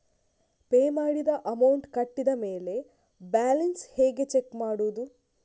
Pay ಮಾಡಿದ amount ಕಟ್ಟಿದ ಮೇಲೆ ಬ್ಯಾಲೆನ್ಸ್ ಹೇಗೆ ಚೆಕ್ ಮಾಡುವುದು?